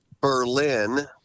Berlin